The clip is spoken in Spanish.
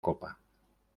copa